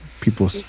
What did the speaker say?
people